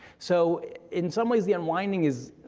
so in some ways the unwinding is,